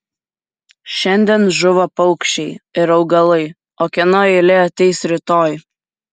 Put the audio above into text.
šiandien žūva paukščiai ir augalai o kieno eilė ateis rytoj